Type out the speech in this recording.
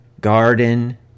garden